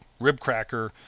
ribcracker